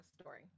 story